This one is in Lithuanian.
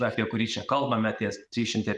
apie kurį čia kalbame tie trys šimtai